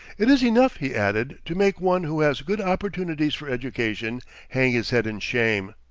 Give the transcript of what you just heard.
it is enough, he added, to make one who has good opportunities for education hang his head in shame.